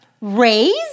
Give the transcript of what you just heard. Raise